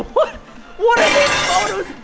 what are these photos!